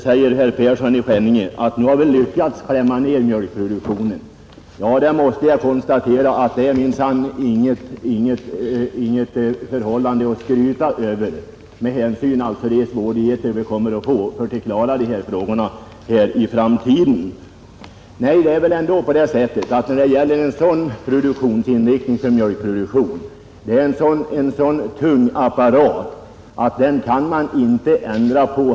Herr Persson i Skänninge säger också att vi har lyckats minska mjölkproduktionen, Ja, jag måste konstatera att detta inte är något förhållande att skryta över med hänsyn till de svårigheter vi kommer att få att klara dessa frågor i framtiden. Mjölkproduktionen är ju en tung apparat som man inte hastigt kan ändra på.